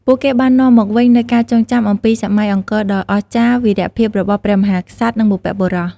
ពួកគេបាននាំមកវិញនូវការចងចាំអំពី សម័យអង្គរដ៏អស្ចារ្យ វីរភាពរបស់ព្រះមហាក្សត្រ និងបុព្វបុរស។